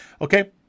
Okay